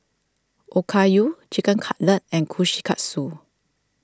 Okayu Chicken Cutlet and Kushikatsu